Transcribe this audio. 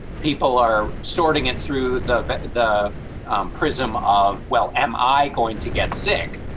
people are sorting it through the the prism of, well, am i going to get sick?